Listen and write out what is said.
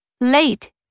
Late